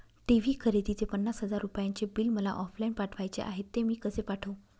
TV खरेदीचे पन्नास हजार रुपयांचे बिल मला ऑफलाईन पाठवायचे आहे, ते मी कसे पाठवू?